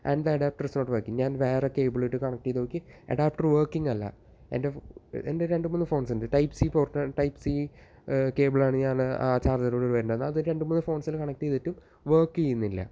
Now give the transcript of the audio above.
and the adapter is not working ഞാൻ വേറെ കേബിളായിട്ട് കണക്ട് ചെയ്ത് നോക്കി അഡാപ്റ്റർ വർക്കിങ് അല്ല എന്റെ എന്റെ രണ്ട് മൂന്ന് ഫോൺസുണ്ട് type C port type C കേബിളാണ് ഞാന് ചാർജറ് വരുന്നത് അത് രണ്ട് മൂന്ന് ഫോൺസിലും കണക്ട് ചെയ്തിട്ട് വർക്ക് ചെയ്യുന്നില്ല